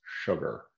sugar